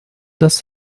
das